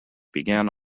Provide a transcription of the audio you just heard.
began